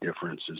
differences